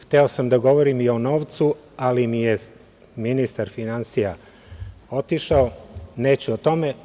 Hteo sam da govorim i o novcu, ali mi je ministar finansija otišao, neću o tome.